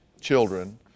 children